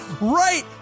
right